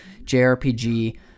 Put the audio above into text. JRPG